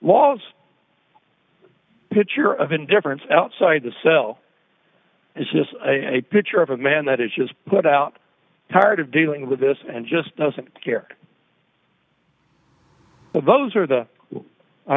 last picture of indifference outside the cell is just a picture of a man that is just put out tired of dealing with this and just doesn't care but those are the i